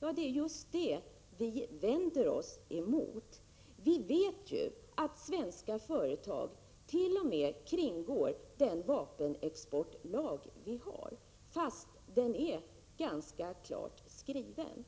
Det är just detta vi vänder oss emot. Vi vet ju att svenska företag t.o.m. kringgår den vapenexportlag vi har fastän den är ganska klart skriven.